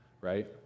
right